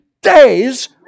days